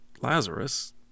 Lazarus